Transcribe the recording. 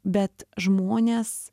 bet žmonės